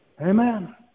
Amen